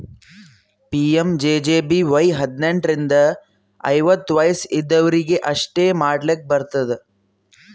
PMJJBY ಹದ್ನೆಂಟ್ ರಿಂದ ಐವತ್ತ ವಯಸ್ ಇದ್ದವ್ರಿಗಿ ಅಷ್ಟೇ ಮಾಡ್ಲಾಕ್ ಬರ್ತುದ